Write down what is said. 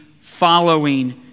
following